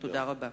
תודה רבה.